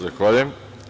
Zahvaljujem.